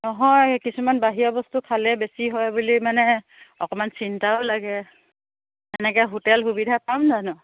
নহয় কিছুমান বাহিৰা বস্তু খালে বেছি হয় বুলি মানে অকণমান চিন্তাও লাগে এনেকৈ হোটেল সুবিধা পাম জানো